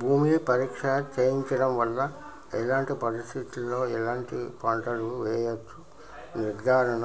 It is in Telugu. భూమి పరీక్ష చేయించడం వల్ల ఎలాంటి పరిస్థితిలో ఎలాంటి పంటలు వేయచ్చో నిర్ధారణ